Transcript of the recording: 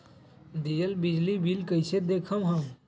दियल बिजली बिल कइसे देखम हम?